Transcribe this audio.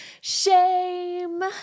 shame